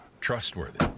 trustworthy